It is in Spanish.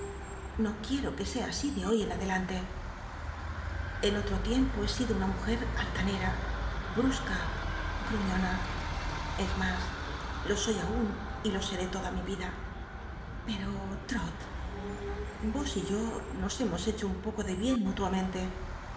no quiero que sea así de hoy en adelante en otro tiempo he sido una mujer altancm brusca gruñon r es mas lo soy aun y jo seré toda mi vida pero trot os y yo nos hemos hecho un poco de bien múluam